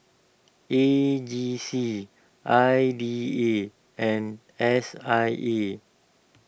A G C I B A and S I E